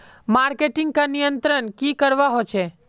Marketing का नियंत्रण की करवा होचे?